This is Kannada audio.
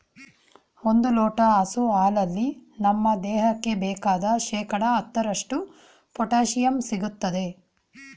ಒಂದ್ ಲೋಟ ಹಸು ಹಾಲಲ್ಲಿ ನಮ್ ದೇಹಕ್ಕೆ ಬೇಕಾದ್ ಶೇಕಡಾ ಹತ್ತರಷ್ಟು ಪೊಟ್ಯಾಶಿಯಂ ಸಿಗ್ತದೆ